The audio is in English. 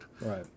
Right